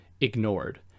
ignored